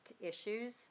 issues